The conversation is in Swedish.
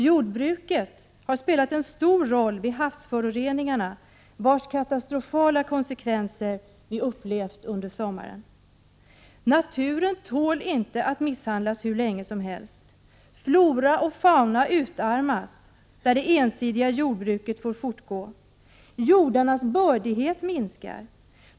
Jordbruket har spelat en stor roll vid havsföroreningarna, vilkas katastrofala konsekvenser vi upplevt under sommaren. Naturen tål inte att misshandlas hur länge som helst. Flora och fauna utarmas där det ensidiga jordbruket får fortgå. Jordarnas bördighet minskar.